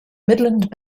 midland